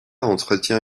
entretient